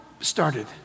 started